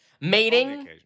Mating